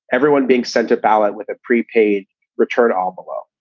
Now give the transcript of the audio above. everyone being sent a ballot with a pre-paid return all below.